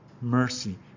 mercy